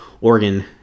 organ